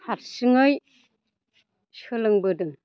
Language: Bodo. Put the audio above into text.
हारसिङै सोलोंबोदों